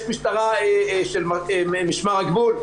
יש משטרה של משמר הגבול,